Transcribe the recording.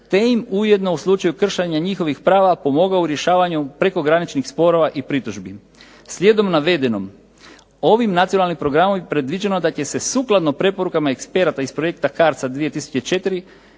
te im ujedno u slučaju kršenja njihovih prava pomogao u rješavanju prekograničnih sporova i pritužbi. Slijedom navedenog, ovim Nacionalnim programom je predviđeno da će se sukladno preporukama eksperata iz projekta CARDS-a 2004